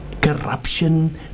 corruption